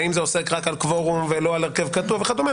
האם זה עוסק רק בקוורום ולא בהרכב כתוב וכדומה,